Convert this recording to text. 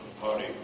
party